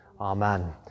Amen